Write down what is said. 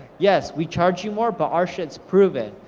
yes, we charge you more, but our shit's proven,